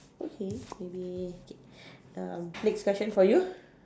okay maybe K uh next question for you